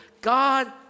God